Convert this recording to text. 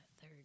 third